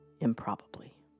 Improbably